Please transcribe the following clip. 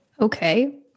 Okay